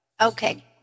Okay